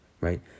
right